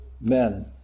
men